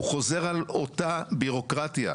הוא חוזר על אותה בירוקרטיה,